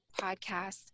podcast